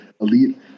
Elite